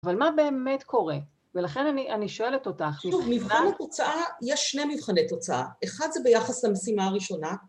אבל מה באמת קורה? ולכן אני שואלת אותך. מבחן התוצאה, יש שני מבחני תוצאה. אחד זה ביחס למשימה הראשונה.